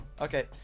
Okay